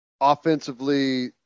Offensively